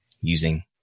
using